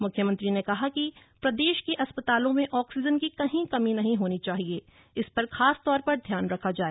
मुख्यमंत्री ने कहा कि प्रदेश के अस्पतालों में ऑक्सीजन की कहीं कमी नहीं होनी चाहिए इस बात का खासतौर पर ध्यान रखा जाए